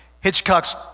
Hitchcock's